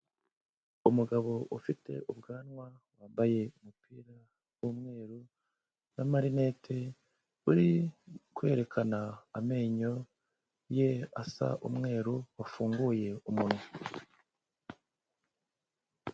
Umugabo ufite ubwanwa wambaye umupira w'umweru na marinete, uri kwerekana amenyo ye asa umweru wafunguye umunwa.